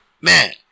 man